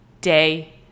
day